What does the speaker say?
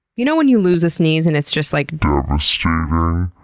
you know when you lose a sneeze and it's just like um ah so